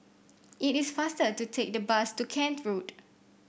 it is faster to take the bus to Kent Road